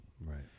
Right